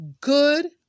Good